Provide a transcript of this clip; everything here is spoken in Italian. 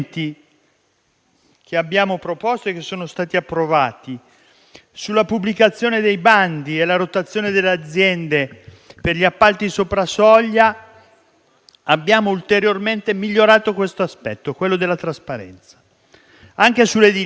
che abbiamo proposto e che sono stati approvati sulla pubblicazione dei bandi e sulla rotazione delle aziende per gli appalti sopra soglia, abbiamo ulteriormente migliorato l'aspetto della trasparenza. Anche sull'edilizia